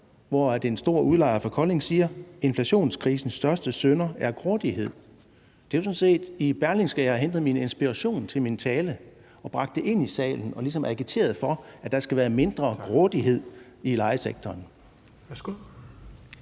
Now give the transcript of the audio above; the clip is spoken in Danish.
hvor en stor udlejer fra Kolding siger: Inflationskrisens største synder er grådighed. Det er jo sådan set i Berlingske, jeg har hentet inspiration til min tale, og jeg har bragt det ind i salen og ligesom agiteret for, at der skal være mindre grådighed i lejesektoren.